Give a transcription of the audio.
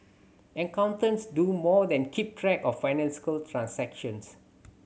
accountants do more than keep track of financial transactions